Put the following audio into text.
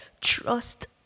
Trust